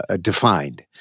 defined